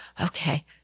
okay